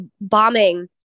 bombing